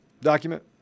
document